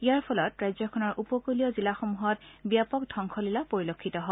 ইয়াৰ ফলত ৰাজ্যখনৰ উপকুলীয় জিলাসমূহত ব্যাপক ধ্বংস লীলা পৰিলক্ষিত হয়